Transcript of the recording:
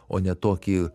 o ne tokį